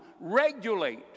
regulate